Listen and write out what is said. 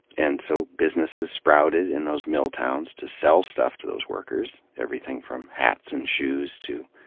and so businesses sprouted in those mill towns to sell stuff to those workers, everything from hats and shoes to,